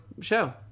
show